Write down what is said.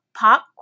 pop